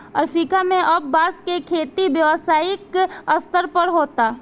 Africa में अब बांस के खेती व्यावसायिक स्तर पर होता